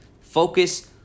focus